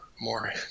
more